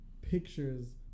pictures